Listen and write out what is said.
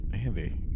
Andy